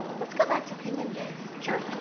let's go back to pinion jays. sure.